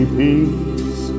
peace